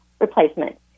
replacement